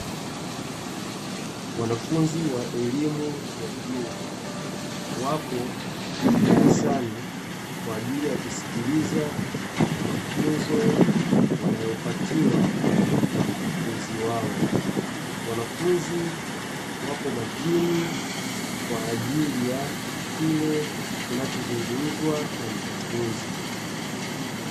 Wanafunzi wa elimu ya juu wapo darasani kwa ajili ya kusikiliza mafunzo wanayopatiwa na mkufunzi wao. wanafunzi wapo makini kwa ajili ya kile kinachozungumzwa na mkufunzi.